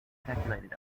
speculated